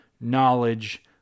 knowledge